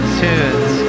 tunes